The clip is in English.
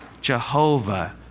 Jehovah